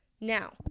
Now